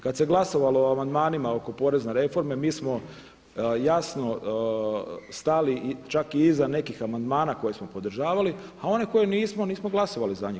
Kad se glasovalo o amandmanima oko porezne reforme mi smo jasno stali čak i iza nekih amandmana koje smo podržavali, a one koje nismo, nismo glasovali za njih.